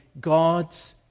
God's